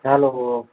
hello